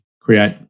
create